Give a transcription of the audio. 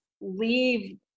leave